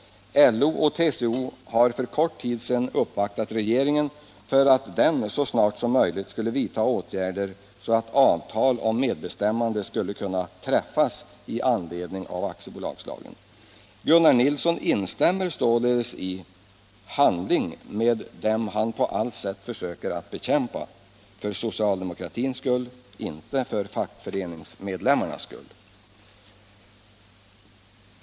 LO och TCO uppvaktade för kort tid sedan regeringen med en begäran om att den så snart som möjligt skulle vidta åtgärder så att avtal om medbestämmande kunde träffas i anledning av aktiebolagslagen. Gunnar Nilsson instämmer således i handling med dem han på allt sätt bekämpar — för socialdemokratins skull, inte för fackföreningsmedlemmarnas skull.